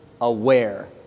aware